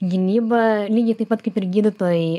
gynybą lygiai taip pat kaip ir gydytojai